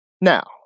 Now